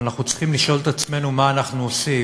אבל אנחנו צריכים לשאול את עצמנו מה אנחנו עושים